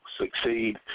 succeed